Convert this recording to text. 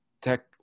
tech